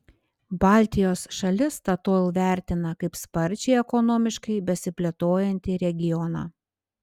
baltijos šalis statoil vertina kaip sparčiai ekonomiškai besiplėtojantį regioną